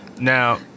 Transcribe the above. Now